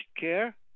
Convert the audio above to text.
care